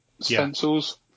stencils